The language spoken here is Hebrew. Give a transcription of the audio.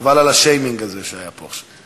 חבל על השיימינג הזה, שהיה פה עכשיו.